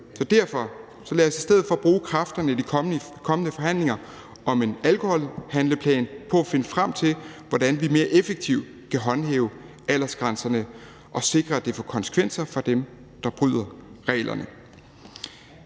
os derfor i stedet for bruge kræfterne i de kommende forhandlinger om en alkoholhandleplan på at finde frem til, hvordan vi mere effektivt kan håndhæve aldersgrænserne og sikre, at det får konsekvenser for dem, der bryder reglerne.